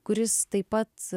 kuris taip pat